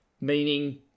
meaning